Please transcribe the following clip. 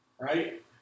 Right